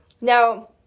Now